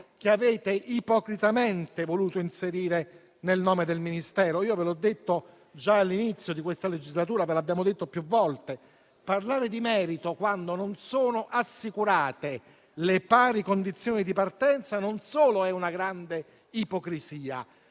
che avete ipocritamente voluto inserire nel nome del Ministero. Io ve l'ho detto già all'inizio di questa legislatura, ve l'abbiamo detto più volte: parlare di merito quando non sono assicurate le pari condizioni di partenza non solo è una grande ipocrisia,